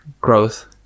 growth